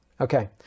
Okay